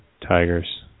Tigers